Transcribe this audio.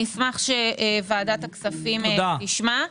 אשמח שוועדת הכספים תשמע.